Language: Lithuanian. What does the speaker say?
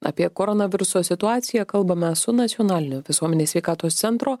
apie koronaviruso situaciją kalbame su nacionalinio visuomenės sveikatos centro